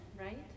right